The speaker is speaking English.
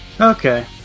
Okay